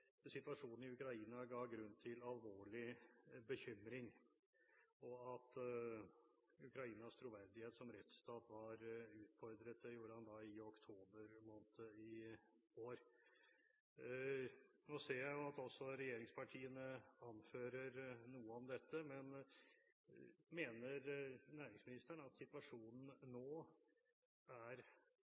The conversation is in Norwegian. situasjonen i Ukraina «gir grunn til alvorlig bekymring», og at «Ukrainas troverdighet som rettsstat er utfordret». Det gjorde han i oktober måned i år. Nå ser jeg at også regjeringspartiene anfører noe om dette. Mener næringsministeren at situasjonen nå er